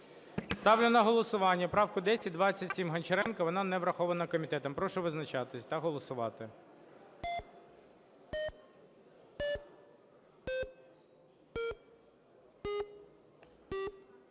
Ставлю на голосування правку 1027 Гончаренка, вона не врахована комітетом. Прошу визначатись та голосувати.